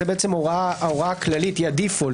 זאת הוראה כללית לדיפולט,